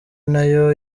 nayo